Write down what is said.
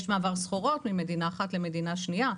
יש מעבר סחורות ממדינה אחת למדינה שניה,